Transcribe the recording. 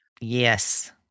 Yes